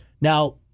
Now